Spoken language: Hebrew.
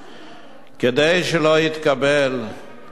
כדי שלא יתקבל הרושם,